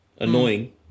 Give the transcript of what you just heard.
Annoying